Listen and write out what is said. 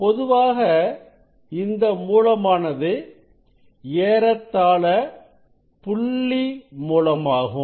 பொதுவாக இந்த மூலமானது ஏறத்தாழ புள்ளி மூலமாகும்